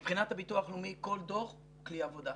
מבחינת הביטוח לאומי כל דוח, כלי עבודה,